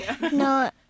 No